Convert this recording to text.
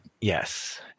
Yes